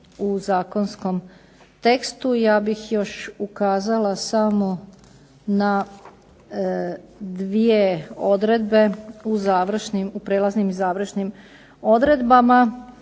u zakonskom tekstu ja bih još ukazala samo na 2 odredbe u završnim, u prijelaznim i završnim odredbama.